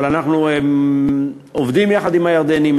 אבל אנחנו עובדים יחד עם הירדנים,